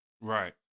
Right